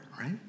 right